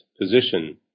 position